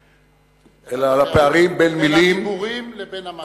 אלא לפערים בין מלים, בין הדיבורים לבין המעשים.